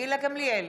גילה גמליאל,